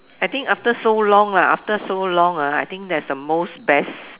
I think after so long lah after so long ah I think that's the most best